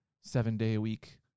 seven-day-a-week